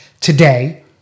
today